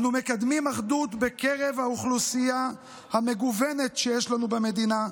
אנו מקדמים אחדות בקרב האוכלוסייה המגוונת שיש לנו במדינה,